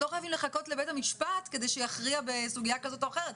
לא חייבים לחכות לבית המשפט כדי שיכריע בסוגיה כזאת או אחרת.